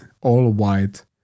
all-white